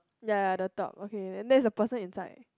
ya the top okay there's a person inside